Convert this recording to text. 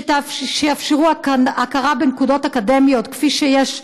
שיאפשרו הכרה בנקודות אקדמיות כפי שיש,